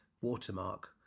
watermark